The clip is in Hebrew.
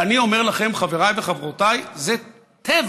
אני אומר לכם, חבריי וחברותיי, זה טבח.